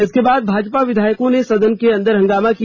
इसके बाद भाजपा विधायकों ने सदन के अंदर हंगामा किया